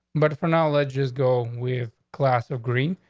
but for now, alleges go with class of green,